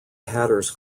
hatters